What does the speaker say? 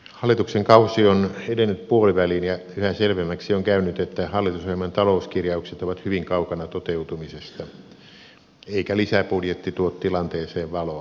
hallituksen kausi on edennyt puoliväliin ja yhä selvemmäksi on käynyt että hallitusohjelman talouskirjaukset ovat hyvin kaukana toteutumisesta eikä lisäbudjetti tuo tilanteeseen valoa